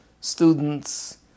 students